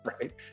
right